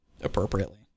appropriately